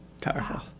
Powerful